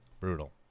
brutal